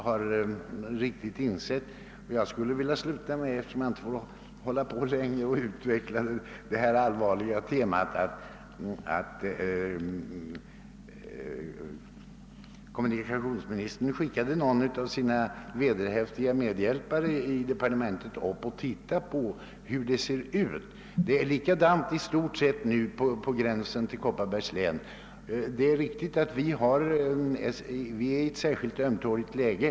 Eftersom jag här har fått svar på bara en enkel fråga får jag nu inte hålla på längre att utveckla detta allvarliga tema. Därför vill jag sluta med att säga, att om kommunikationsministern hade skickat någon av sina vederhäftiga medhjälpare i departementet att studera förhållandena i det område det här gäller — och det är i stort sett likadant på gränsen vid Kopparbergs län — så skulle vederbörande ha funnit att man där uppe befinner sig i ett särskilt utsatt läge.